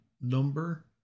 number